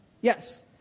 Yes